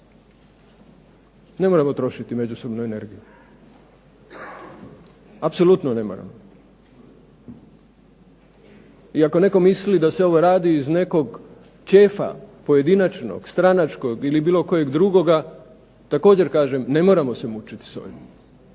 Ne moramo trošiti međusobnu energiju, apsolutno ne moramo. Ako netko misli da se ovo radi iz nekog čefa pojedinačnog, stranačkog ili bilo kojeg drugoga također kažem ne moramo se mučiti s ovim,